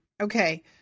Okay